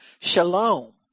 shalom